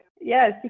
Yes